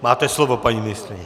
Máte slovo, paní ministryně.